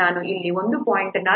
40 ರಿಂದ 3